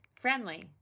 Friendly